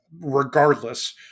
Regardless